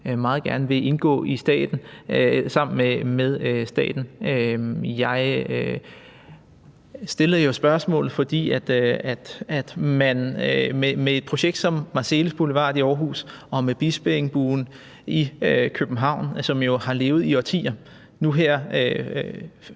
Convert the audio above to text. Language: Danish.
meget gerne vil indgå i sammen med staten. Jeg stillede jo spørgsmålet, fordi man med projekter som Marselis Boulevard i Aarhus og Bispeengbuen i København, som jo har levet i årtier, nu